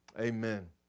Amen